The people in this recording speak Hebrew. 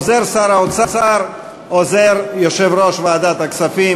עוזר שר האוצר ועוזר יושב-ראש ועדת הכספים,